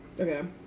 okay